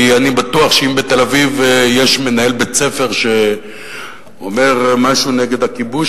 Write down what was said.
כי אני בטוח שאם בתל-אביב יש מנהל בית-ספר שאומר משהו נגד הכיבוש,